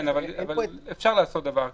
כן, אבל אפשר לעשות דבר כזה.